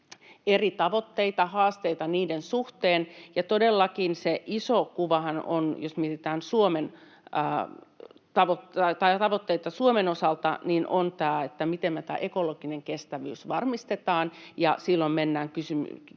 eri tavoitteita, haasteita niiden suhteen. Todellakin, jos mietitään tavoitteita Suomen osalta, se iso kuvahan on, miten me tämä ekologinen kestävyys varmistetaan, ja silloin nousevat kysymykset